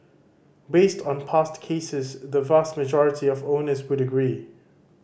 based on past cases the vast majority of owners would agree